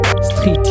Street